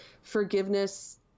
forgiveness